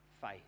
faith